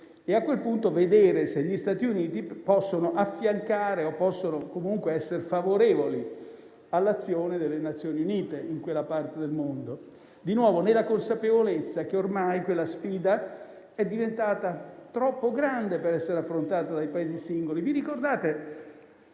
e a quel punto vedere se gli Stati Uniti possono affiancare o comunque essere favorevoli all'azione delle Nazioni Unite in quella parte del mondo, di nuovo nella consapevolezza che ormai quella sfida è diventata troppo grande per essere affrontata dai singoli